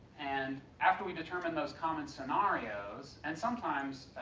and after we determine those common scenarios, and sometimes,